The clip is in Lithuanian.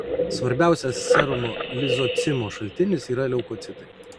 svarbiausias serumo lizocimo šaltinis yra leukocitai